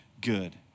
good